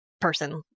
person